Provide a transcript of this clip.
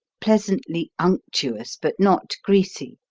pleasantly unctuous but not greasy,